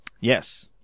Yes